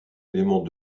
éléments